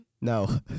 No